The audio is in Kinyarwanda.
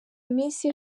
iminsi